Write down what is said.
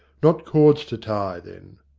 not cords to tie, then.